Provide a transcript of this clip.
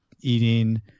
eating